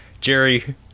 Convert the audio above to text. Jerry